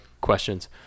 questions